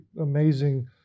amazing